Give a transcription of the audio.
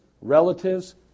relatives